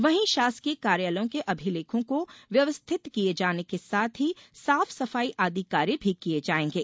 वहीं शासकीय कार्यालयों के अभिलेखों को व्यवस्थित किये जाने के साथ ही साफ सफाई आदि कार्य भी किये जायेंगे